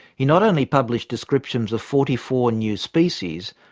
he not only published descriptions of forty-four new species,